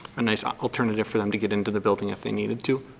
a nice ah alternative for them to get into the building if they needed to.